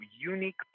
unique